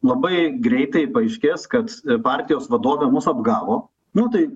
labai greitai paaiškės kad partijos vadovė mus apgavo na tai